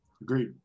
Agreed